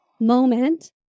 moment